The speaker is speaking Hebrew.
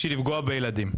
בשביל לפגוע בילדים,